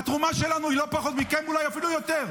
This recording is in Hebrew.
והתרומה שלנו היא לא פחות מכם, אולי אפילו יותר.